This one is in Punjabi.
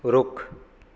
ਰੁੱਖ